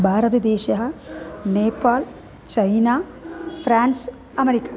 भारतदेशः Nepal China France America